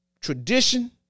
tradition